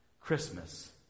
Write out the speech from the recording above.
Christmas